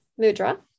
Mudra